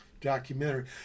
documentary